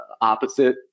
opposite